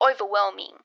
overwhelming